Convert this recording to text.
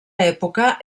època